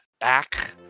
back